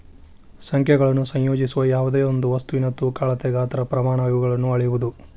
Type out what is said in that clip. ಸಂಖ್ಯೆಗಳನ್ನು ಸಂಯೋಜಿಸುವ ಯಾವ್ದೆಯೊಂದು ವಸ್ತುವಿನ ತೂಕ ಅಳತೆ ಗಾತ್ರ ಪ್ರಮಾಣ ಇವುಗಳನ್ನು ಅಳೆಯುವುದು